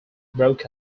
broke